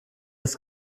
ist